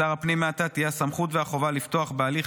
מעתה לשר הפנים תהיה הסמכות והחובה לפתוח בהליך